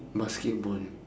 basketball